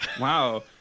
Wow